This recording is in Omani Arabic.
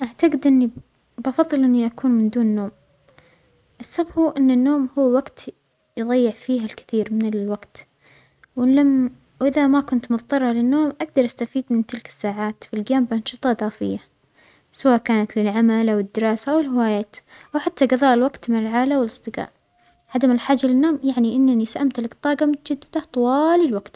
أعتجد إنى ب-بفظل إنى أكون من دون نوم، السبب هو أن النوم هو وجت يضيع فيه الكثير من الوجت، وإن لم-وإذا ما كنت مظطرة للنوم أجدر أستفيد من تلك الساعات في الأيام بأنشطة إضافية، سواء كانت للعمل أو الدراسة أو الهوايات، أو حتى قظاء الوجت مع العائلة والأصدجاء، عدم الحاجة للنوم يعنى إننى سأمتلك طاجة متجددة طوال الوقت.